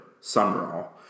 Summerall